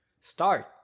start